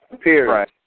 period